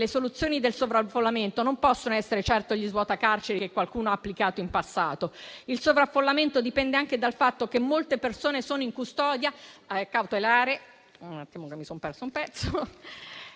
le soluzioni del sovraffollamento non possono essere certo gli svuotacarceri che qualcuno ha applicato in passato. Il sovraffollamento dipende anche dal fatto che molte persone sono in custodia